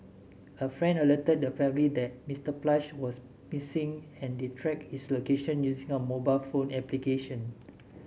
a friend alerted the family that Mister Plush was missing and they tracked his location using a mobile phone application